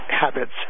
habits